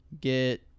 Get